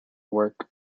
work